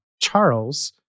Charles